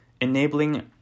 enabling